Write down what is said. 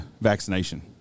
vaccination